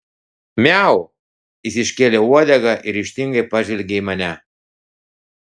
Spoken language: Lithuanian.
miau jis iškėlė uodegą ir ryžtingai pažvelgė į mane